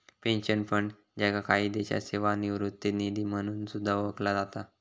pension fund, ज्याका काही देशांत सेवानिवृत्ती निधी म्हणून सुद्धा ओळखला जाता